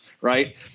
right